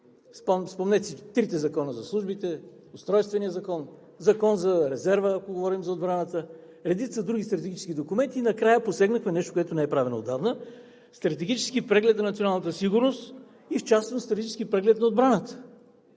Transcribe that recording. Спомнете си трите закона – Закона за службите, Устройствения закон, Закона за резерва, ако говорим за отбраната, и редица други различни документи. Накрая е последното нещо, което не е правено отдавна – Стратегически преглед на националната сигурност и в частност Стратегически преглед на отбраната.